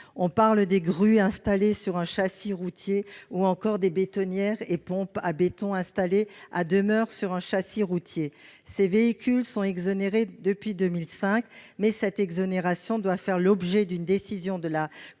Sont visées les grues installées sur un châssis routier ou encore les bétonnières et pompes à béton installées à demeure sur un châssis routier. Ces véhicules sont exonérés depuis 2005, mais cette exonération doit faire l'objet d'une décision de la Commission